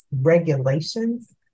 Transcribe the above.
regulations